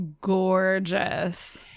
gorgeous